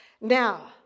Now